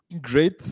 great